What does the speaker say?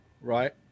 right